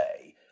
say